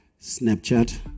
Snapchat